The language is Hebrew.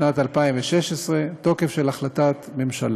שנת 2016, תוקף של החלטת ממשלה.